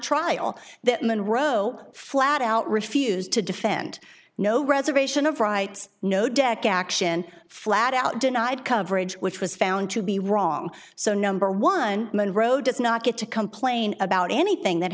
trial that monroe flat out refused to defend no reservation of rights no deck action flat out denied coverage which was found to be wrong so number one monroe does not get to complain about anything that